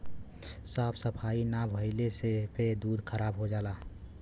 साफ सफाई ना भइले पे दूध खराब हो जाला